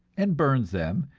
and burns them,